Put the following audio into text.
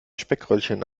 speckröllchen